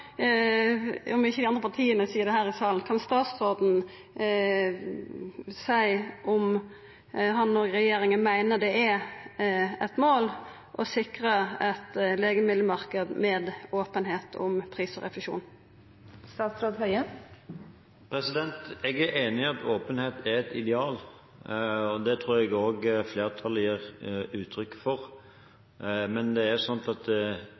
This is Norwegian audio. om ikkje dei andre partia seier det her i salen – om han og regjeringa meiner det er eit mål å sikra ein legemiddelmarknad med openheit om pris og refusjon? Jeg er enig i at åpenhet er et ideal. Det tror jeg også flertallet gir uttrykk for. Men til tanken om at